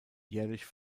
jährlich